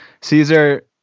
Caesar